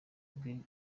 bwe